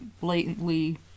blatantly